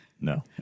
No